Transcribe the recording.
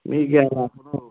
ꯃꯤ ꯀꯌꯥ ꯂꯥꯛꯄꯅꯣ